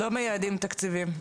לא מייעדים תקציבים,